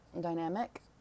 dynamic